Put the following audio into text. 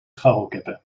scharrelkippen